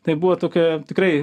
tai buvo tokia tikrai